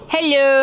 Hello